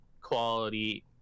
quality